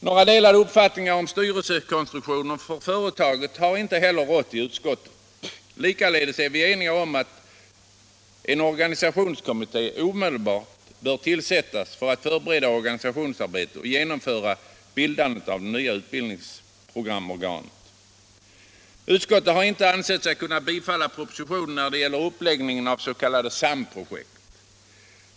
Några delade uppfattningar om företagets styrelsekonstruktion har inte heller rått i utskottet. Likaledes är vi eniga om att en organisationskommitté omedelbart bör tillsättas för att förbereda organisationsarbetet och genomföra bildandet av det nya utbildningsprogramorganet. Utskottet har inte ansett sig kunna tillstyrka propositionens förslag när det gäller uppläggningen av s.k. samprojekt.